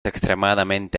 extremadamente